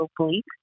oblique